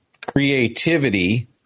creativity